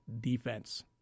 defense